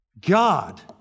God